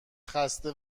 خسته